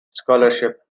scholarship